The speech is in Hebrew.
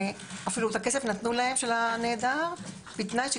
ואת הכסף נתנו להם של הנעדר בתנאי שכשחוזר,